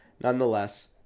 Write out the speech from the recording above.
nonetheless